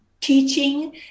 teaching